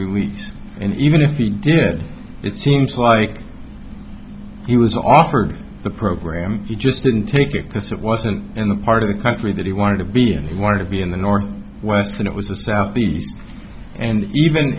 weeks and even if he did it seems like he was offered the program he just didn't take it because it wasn't in the part of the country that he wanted to be and he wanted to be in the north west when it was the southeast and even